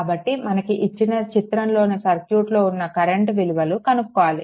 కాబట్టి మనకి ఇచ్చిన చిత్రంలోని సర్క్యూట్ లో ఉన్న కరెంట్ విలువలు కనుక్కోవాలి